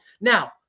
Now